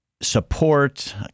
support